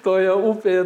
toje upėje